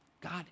God